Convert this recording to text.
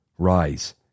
Rise